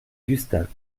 gustave